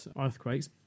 earthquakes